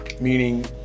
meaning